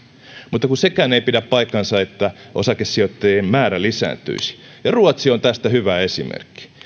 mutta kun sekään ei pidä paikkaansa että osakesijoittajien määrä lisääntyisi ruotsi on tästä hyvä esimerkki